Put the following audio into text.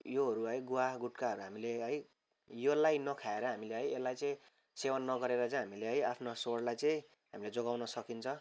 योहरू है गुवा गुटखाहरू हामीले है योलाई नखाएर हामीले है यसलाई चाहिँ सेवन नगरेर चाहिँ हामीले आफ्नो स्वरलाई चाहिँ हामीले जोगाउन सकिन्छ